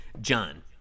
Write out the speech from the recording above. John